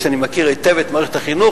שמכיר היטב את מערכת החינוך,